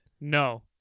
No